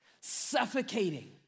suffocating